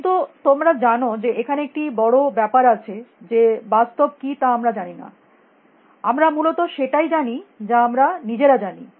কিন্তু তোমরা জানো যে এখানে একটি বড় ব্যাপার আছে যে বাস্তব কী তা আমরা জানি না আমরা মূলত সেটাই জানি যা আমরা নিজেরা জানি